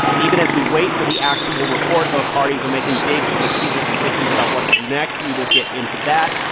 and even as we wait for the actual report, both parties are making big strategic decisions about what to do next. we will get into that.